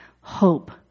hope